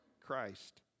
Christ